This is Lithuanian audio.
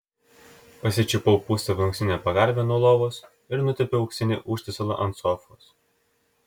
pasičiupau pūstą plunksninę pagalvę nuo lovos ir nutempiau auksinį užtiesalą ant sofos